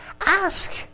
Ask